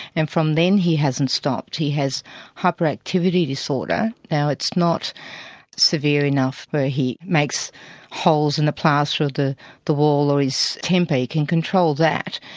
and from then he hasn't stopped, he has hyperactivity disorder, now it's not severe enough where he makes holes in the plaster of the wall. or his temper, he can control that,